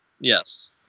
yes